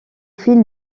fil